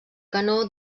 canó